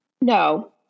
no